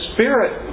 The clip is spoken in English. Spirit